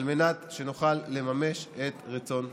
על מנת שנוכל לממש את רצון הציבור.